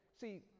See